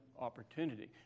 opportunity